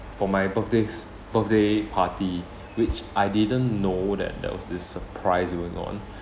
for my birthday's birthday party which I didn't know that there was this surprise going on